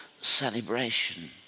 celebration